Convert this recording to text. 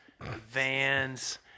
vans